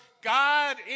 God